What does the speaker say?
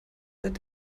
seit